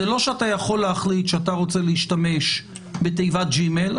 זה לא שאתה יכול להחליט שאתה רוצה להשתמש בתיבת ג'ימייל,